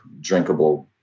drinkable